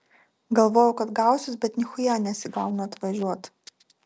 galvojau kad gausis bet nichuja nesigauna atvažiuot